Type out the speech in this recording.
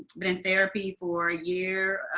been in therapy for a year,